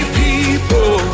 people